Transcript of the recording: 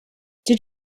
did